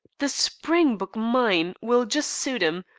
the springbok mine will just suit em.